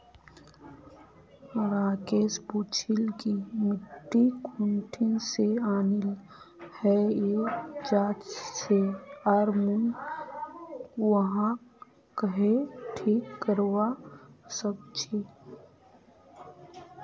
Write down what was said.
राकेश पूछिल् कि मिट्टी कुठिन से आनिल हैये जा से आर मुई वहाक् कँहे ठीक करवा सक छि